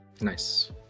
Nice